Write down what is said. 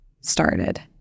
started